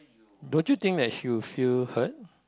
don't you think that she'll feel hurt